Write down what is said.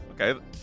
Okay